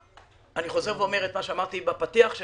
אני חוזר ואומר את מה שאמרתי בפתיח של